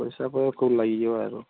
ପଇସା ପରେ କେଉଁଠି ଲାଗି ଯିବ ଆରୁ